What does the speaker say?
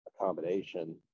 accommodation